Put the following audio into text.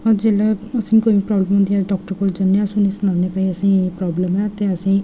जेल्लै असेंगी कोई प्राबल्म औंदी डाक्टर कोल जन्आंनेआं अस उनेंगी सनान्ने आं कि असेंगी एह् प्राबल्म ऐ ते असेंगी